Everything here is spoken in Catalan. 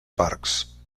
parcs